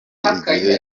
igihe